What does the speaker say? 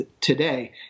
today